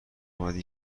اومدی